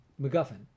MacGuffin